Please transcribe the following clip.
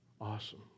Awesome